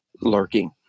lurking